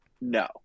No